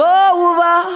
over